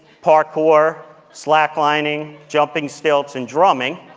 parkour, slacklining, jumping stilts and drumming,